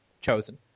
chosen